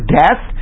death